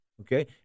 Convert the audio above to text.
okay